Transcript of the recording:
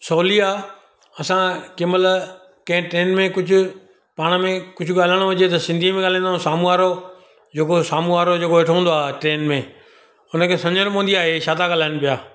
सवली आहे असां कंहिं महिल कंहिं ट्रेन में कुझु पाण में कुझु ॻाल्हाइणो हुजे त सिंधीअ में ॻाल्हाईंदा आहियूं साम्हूंअ वारो जेको साम्हूंअ वारो जेको वेठो हूंदो आहे ट्रेन में हुनखे समुझ न पवंदी इहो छा था ॻाल्हाइनि पिया